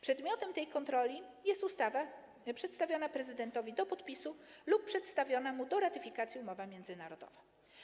Przedmiotem tej kontroli jest ustawa przedstawiona prezydentowi do podpisu lub przedstawiona mu do ratyfikacji umowa międzynarodowa.